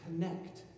connect